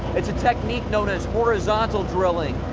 its a technique known as horizontal drilling,